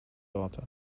daughter